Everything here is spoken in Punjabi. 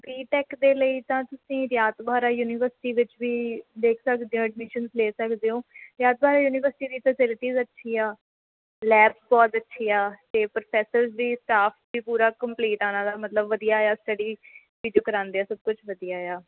ਬੀ ਟੈੱਕ ਦੇ ਲਈ ਤਾਂ ਤੁਸੀਂ ਰਿਆਤ ਬਾਹਰਾ ਯੂਨੀਵਰਸਿਟੀ ਵਿੱਚ ਵੀ ਦੇਖ ਸਕਦੇ ਹੋ ਐਡਮਿਸ਼ਨਸ ਲੈ ਸਕਦੇ ਹੋ ਰਿਆਤ ਬਹਾਰਾ ਯੂਨੀਵਰਸਿਟੀ ਦੀ ਫੈਸਿਲਿਟੀਜ਼ ਅੱਛੀ ਆ ਲੈਬ ਬਹੁਤ ਅੱਛੀ ਆ ਅਤੇ ਪ੍ਰੋਫੈਸਰਸ ਵੀ ਸਟਾਫ ਵੀ ਪੂਰਾ ਕੰਪਲੀਟ ਹੈ ਉਨ੍ਹਾਂ ਦਾ ਮਤਲਬ ਵਧੀਆ ਆ ਸਟੱਡੀ ਜੋ ਕਰਾਉਂਦੇ ਆ ਸਭ ਕੁਛ ਵਧੀਆ ਆ